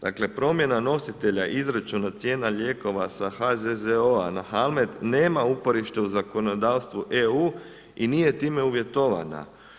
Dakle promjena nositelja izračuna cijena lijekova sa HZZO-a na Halmed nema uporište u zakonodavstvu EU i nije time uvjetovana.